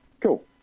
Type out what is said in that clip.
Cool